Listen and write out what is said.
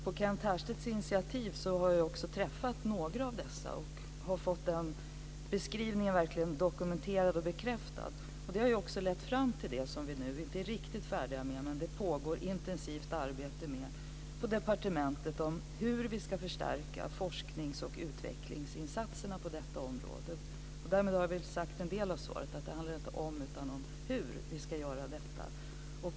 På Kent Härstedts initiativ har jag också träffat några av dessa och fått denna beskrivning dokumenterad och bekräftad. Det har lett fram till - vi är inte är riktigt färdiga än - att det nu pågår ett intensivt arbete på departementet med frågan om hur vi ska förstärka forsknings och utvecklingsinsatserna på detta område. Därmed har jag väl delvis besvarat frågan. Det handlar alltså inte om ifall utan hur vi ska göra detta.